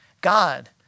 God